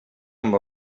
amb